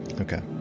okay